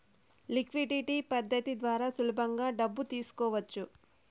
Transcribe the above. liquidity పద్ధతి ద్వారా సులభంగా డబ్బు తీసుకోవచ్చు